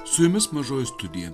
su jumis mažoji studija